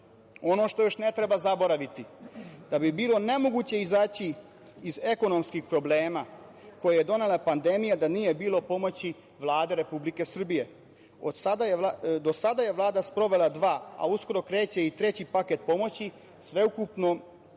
što još ne treba zaboraviti, bilo bi nemoguće izaći iz ekonomskih problema koje je donela pandemija da nije bilo pomoći Vlade Republike Srbije. Do sada je Vlada sprovela dva, a uskoro kreće i treći paket pomoći, sveukupno,